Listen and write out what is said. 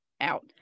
out